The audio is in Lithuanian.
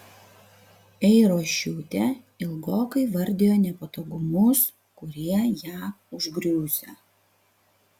eirošiūtė ilgokai vardijo nepatogumus kurie ją užgriūsią